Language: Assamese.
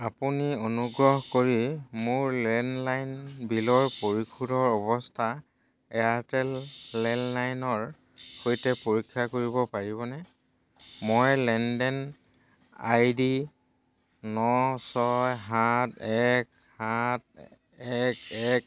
আপুনি অনুগ্ৰহ কৰি মোৰ লেণ্ডলাইন বিলৰ পৰিশোধৰ অৱস্থা এয়াৰটেল লেণ্ডলাইনৰ সৈতে পৰীক্ষা কৰিব পাৰিবনে মই লেনদেন আইডি ন ছয় সাত এক সাত এক এক